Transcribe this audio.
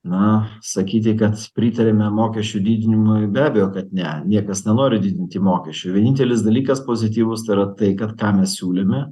na sakyti kad pritariame mokesčių didinimui be abejo kad ne niekas nenori didinti mokesčių vienintelis dalykas pozityvus tai yra tai kad tame siūlyme